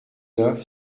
neuf